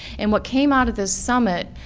and what came out of this summit,